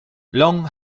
long